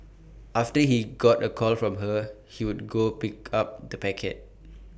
after he got A call from her he would go pick up the packet